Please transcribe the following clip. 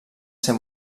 ser